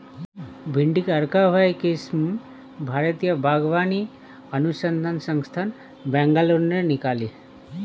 भिंडी की अर्का अभय किस्म भारतीय बागवानी अनुसंधान संस्थान, बैंगलोर ने निकाली